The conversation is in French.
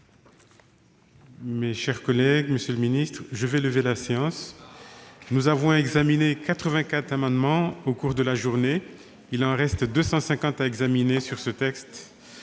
Mes chers collègues, monsieur le ministre, je vais lever la séance. Nous avons examiné 84 amendements au cours de la journée ; il en reste 250 à examiner. La suite